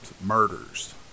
murders